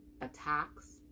attacks